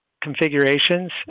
configurations